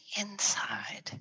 inside